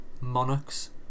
monarchs